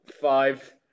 Five